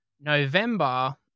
November